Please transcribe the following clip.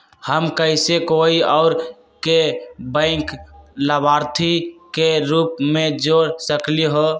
हम कैसे कोई और के बैंक लाभार्थी के रूप में जोर सकली ह?